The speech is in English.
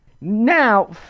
Now